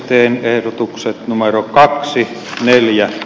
teen ehdotuksen numero kaksi neljä